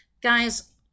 Guys